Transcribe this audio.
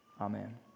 Amen